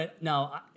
No